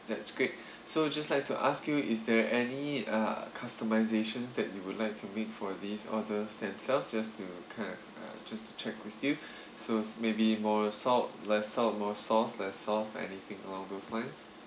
that's great so would just like to ask you is there any uh customization that you would like to make for these orders themselves just to kind of uh just to check with you so maybe more salt less salt more sauce less sauce anything along those lines